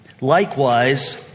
Likewise